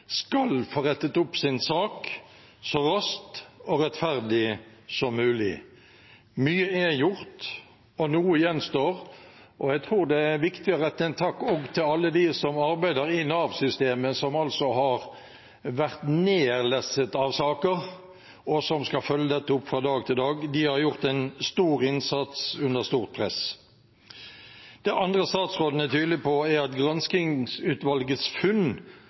skal få rettet opp sin sak så raskt og rettferdig som mulig. Mye er gjort, og noe gjenstår. Jeg tror det er viktig å rette en takk også til alle dem som arbeider i Nav-systemet, som har vært nedlesset av saker, og som skal følge dette opp fra dag til dag. De har gjort en stor innsats under stort press. Det andre statsråden er tydelig på, er at granskingsutvalgets funn